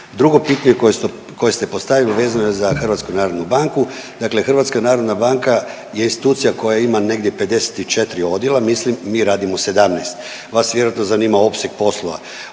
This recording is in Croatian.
Drugo pitanje koje ste postavili vezano je za HNB. Dakle, HNB je institucija koja ima negdje 54 odjela, mislim mi radimo 17, vas vjerojatno zanima opseg poslova.